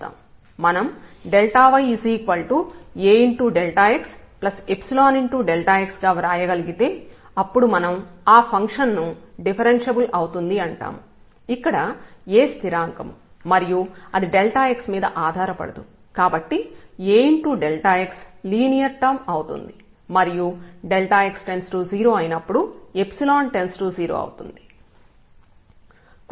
మనం yAxϵx గా వ్రాయగలిగితే అప్పుడు మనం ఆ ఫంక్షన్ ను డిఫరెన్ష్యబుల్ అవుతుంది అంటాము ఇక్కడ A స్థిరాంకం మరియు అది x మీద ఆధారపడదు కాబట్టి Ax లీనియర్ టర్మ్ అవుతుంది మరియు x→0 అయినప్పుడు →0 అవుతుంది